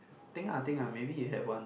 think ah think ah maybe you have one